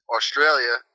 Australia